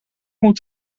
moet